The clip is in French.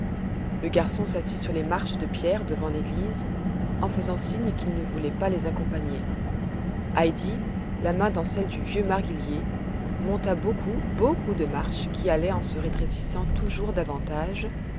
le garçon s'assit sur les marches de pierre devant l'église en faisant signe qu'il ne voulait pas les accompagner heidi la main dans celle du vieux marguillier monta beaucoup beaucoup de marches qui allaient en se rétrécissant toujours davantage